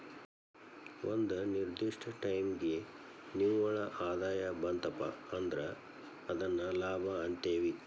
ಒಂದ ನಿರ್ದಿಷ್ಟ ಟೈಮಿಗಿ ನಿವ್ವಳ ಆದಾಯ ಬಂತಪಾ ಅಂದ್ರ ಅದನ್ನ ಲಾಭ ಅಂತೇವಿ